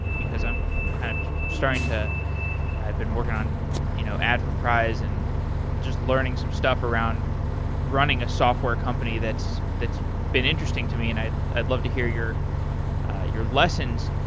because i'm kind of starting to i've been working on you know adforprize and just learning some stuff around running a software company that's that's been interesting to me, and i'd i'd love to hear your your lessons.